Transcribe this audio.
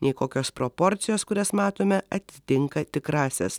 nei kokios proporcijos kurias matome atitinka tikrąsias